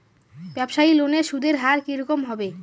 ব্যবসায়ী লোনে সুদের হার কি রকম হবে?